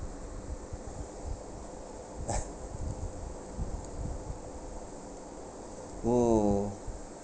oo